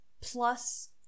Plus